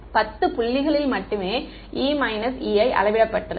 10 புள்ளிகளில் மட்டுமே E Ei அளவிடப்பட்டது